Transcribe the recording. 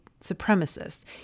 supremacists